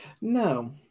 No